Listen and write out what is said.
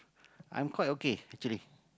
I'm quite okay actually